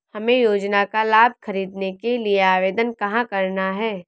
हमें योजना का लाभ ख़रीदने के लिए आवेदन कहाँ करना है?